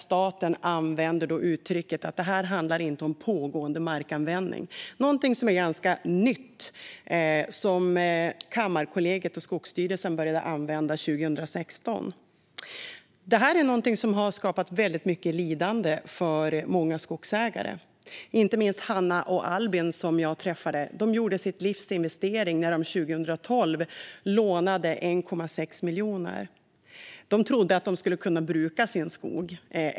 Staten menar att detta inte handlar om pågående markanvändning. Detta uttryck är ganska nytt; Kammarkollegiet och Skogsstyrelsen började använda det 2016. Detta har skapat mycket lidande för många skogsägare. Inte minst gäller detta Hanna och Albin, som jag träffade. De gjorde sitt livs investering när de 2012 lånade 1,6 miljoner. De trodde att de skulle kunna bruka sin skog.